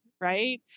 right